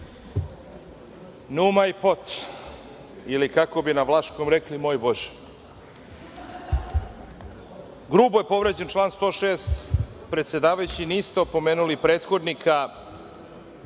„Nu maj pot“, ili kako bi na vlaškom rekli – moj Bože! Grubo je povređen 106. Predsedavajući, niste opomenuli prethodnika